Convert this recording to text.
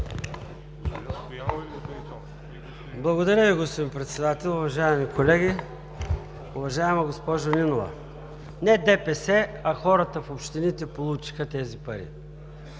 Благодаря Ви, господин Председател. Уважаеми колеги! Уважаема госпожо Нинова, не ДПС, а хората в общините получиха тези пари